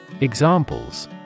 Examples